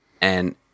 and-